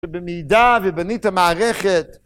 במידה ובנית מערכת